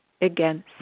Again